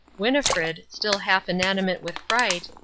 winnifred, still half inanimate with fright,